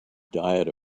diet